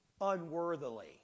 unworthily